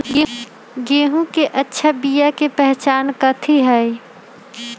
गेंहू के अच्छा बिया के पहचान कथि हई?